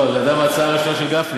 לא, זה עדיין להצעה הראשונה של גפני.